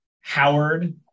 Howard